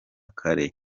kare